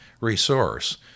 resource